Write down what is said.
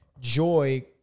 joy